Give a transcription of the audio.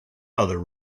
other